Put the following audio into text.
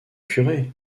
curé